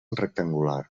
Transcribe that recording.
rectangular